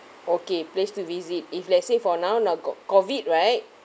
okay place to visit if let's say for now lah got COVID right